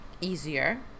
easier